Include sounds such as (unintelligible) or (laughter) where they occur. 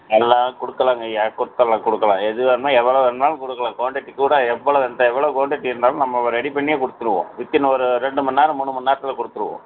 எல்லாம் கொடுக்கலாங்கய்யா கொடுத்தர்லாம் கொடுக்கலாம் எது வேண்ணால் எவ்வளவு வேண்ணாலும் கொடுக்கலாம் க்வாண்டிட்டி கூட எவ்வளோ (unintelligible) எவ்வளவு க்வாண்டிட்டி இருந்தாலும் நம்ம ரெடி பண்ணியே கொடுத்துருவோம் வித் இன் ஒரு ரெண்டு மணி நேரம் மூணு மணி நேரத்தில் கொடுத்துருவோம்